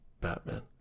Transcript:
Batman